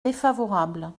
défavorable